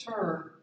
turn